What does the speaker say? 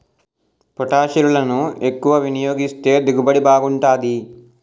పొటాషిరులను ఎక్కువ వినియోగిస్తే దిగుబడి బాగుంటాది